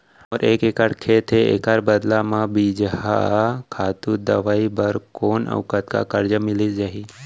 मोर एक एक्कड़ खेत हे, एखर बदला म बीजहा, खातू, दवई बर कोन अऊ कतका करजा मिलिस जाही?